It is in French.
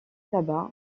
tabac